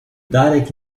darek